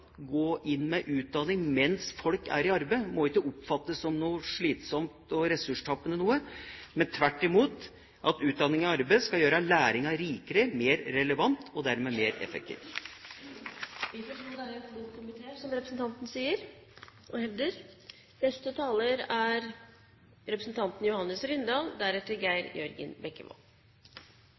arbeid, ikke må oppfattes som noe slitsomt og ressurstappende, men tvert imot at utdanning i arbeid skal gjøre læringen rikere, mer relevant og dermed mer effektiv. Vi får tro at det er en klok komité, som representanten hevder. Etter- og